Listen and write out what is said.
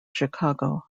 chicago